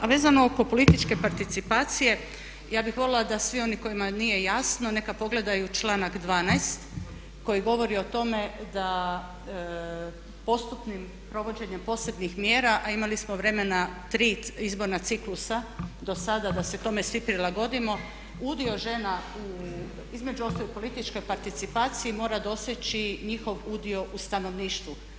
A vezano oko političke participacije, ja bih voljela da svi oni kojima nije jasno neka pogledaju članak 12 koji govori o tome da postupnim provođenjem posebnih mjera a imali smo vremena tri izborna ciklusa do sada da se tome svi prilagodimo udio žena u između ostalog u političkoj participaciji mora doseći njihov udio u stanovništvu.